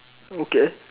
okay